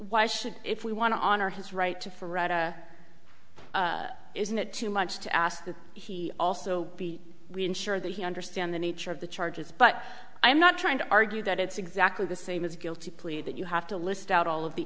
why should if we want to honor his right to ferrata isn't it too much to ask that he also be we ensure that he understand the nature of the charges but i'm not trying to argue that it's exactly the same as guilty plea that you have to list out all of the